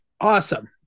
Awesome